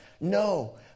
No